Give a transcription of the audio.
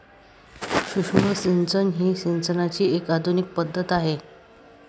सूक्ष्म सिंचन ही सिंचनाची एक आधुनिक पद्धत आहे